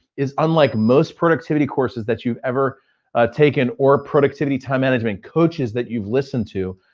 is unlike most productivity courses that you've ever taken, or productivity time management coaches that you've listened to,